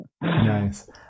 Nice